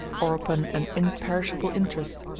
or upon an imperishable interest.